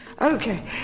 Okay